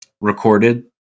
recorded